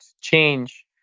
change